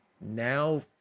now